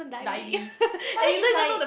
diaries but then is like